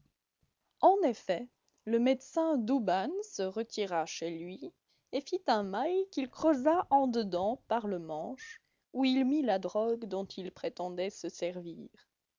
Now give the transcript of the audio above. en effet le médecin douban se retira chez lui et fit un mail qu'il creusa en dedans par le manche où il mit la drogue dont il prétendait se servir